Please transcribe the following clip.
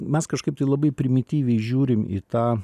mes kažkaip tai labai primityviai žiūrim į tą